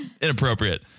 inappropriate